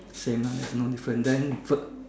same ah there is no different then fi